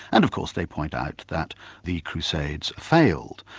and of course they point out that the crusades failed.